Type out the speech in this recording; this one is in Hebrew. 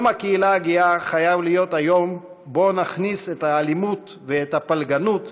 יום הקהילה הגאה חייב להיות היום שבו נכניס את האלימות ואת הפלגנות